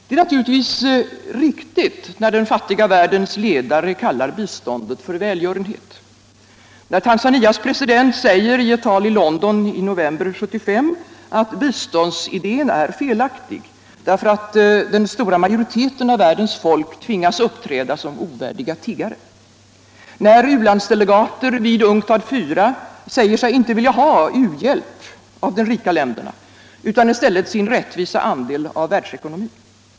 Det är naturligtvis riktigt när den fattiga världens ledare kallar biståndet för välgörenhet, när Tanzanias president säger —- i ett tal i London i november 1975 — att biståndsidén är felaktig därför att den stora majoriteten av världens folk tvingas uppträda som ovärdiga tiggare, när u-landsdelegater vid UNCTAD 4 säger sig inte vilja ha u-hjälp av de rika länderna utan i stället sin rättvisa andel av världsekonomin.